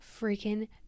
freaking